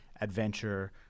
adventure